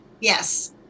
Yes